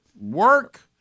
work